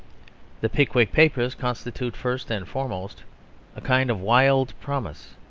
the pickwick papers constitute first and foremost a kind of wild promise,